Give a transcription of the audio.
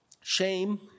shame